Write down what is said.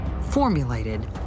formulated